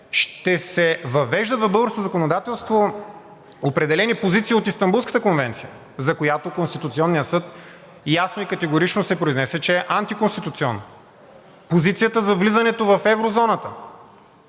ще се въвеждат в българското законодателство определени позиции от Истанбулската конвенция, за която Конституционният съд ясно и категорично се произнесе, че е антиконституционна. Позицията за влизането в еврозоната.